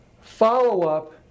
Follow-up